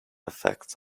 effects